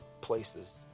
places